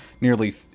nearly